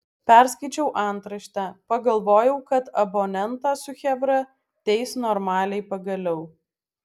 perskaičiau antraštę pagalvojau kad abonentą su chebra teis normaliai pagaliau